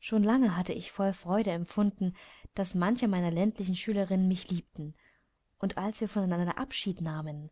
schon lange hatte ich voll freude empfunden daß manche meiner ländlichen schülerinnen mich liebten und als wir voneinander abschied nahmen